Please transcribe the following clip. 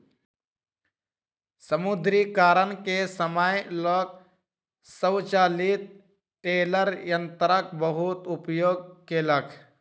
विमुद्रीकरण के समय लोक स्वचालित टेलर यंत्रक बहुत उपयोग केलक